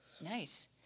Nice